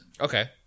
Okay